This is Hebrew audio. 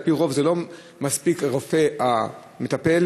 על-פי רוב לא מספיק הרופא המטפל,